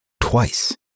twice